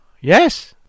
Yes